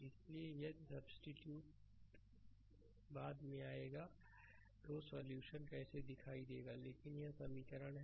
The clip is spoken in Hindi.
इसलिए यदि सब्सीट्यूट बाद में आएगा तो सॉल्यूशन कैसे दिखाई देगा लेकिन यह समीकरण है